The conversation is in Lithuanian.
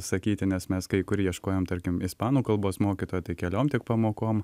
sakyti nes mes kai kur ieškojom tarkim ispanų kalbos mokytojo tai keliom tik pamokom